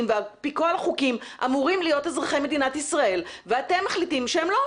ועל פי החוקים אמורים להיות אזרחי מדינת ישראל ואתם מחליטים שהם לא.